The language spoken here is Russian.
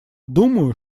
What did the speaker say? думаю